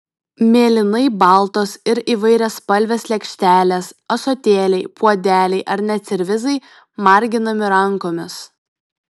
mėlynai baltos ir įvairiaspalvės lėkštelės ąsotėliai puodeliai ar net servizai marginami rankomis